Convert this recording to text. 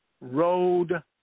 Road